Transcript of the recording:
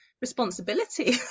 responsibility